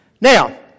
Now